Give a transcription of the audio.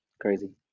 crazy